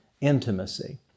Intimacy